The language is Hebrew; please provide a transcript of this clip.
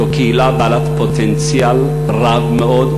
זאת קהילה בעלת פוטנציאל רב מאוד,